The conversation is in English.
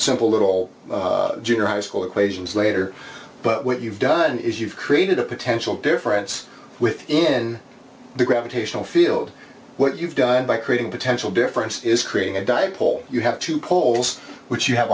simple little junior high school equations later but what you've done is you've created a potential difference within the gravitational field what you've done by creating a potential difference is creating a dipole you have two poles which you have